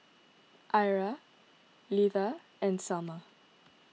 Ira Leatha and Salma